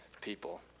people